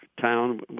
town